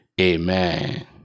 Amen